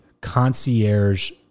concierge